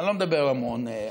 שאני לא מדבר המון,